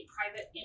private